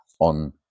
on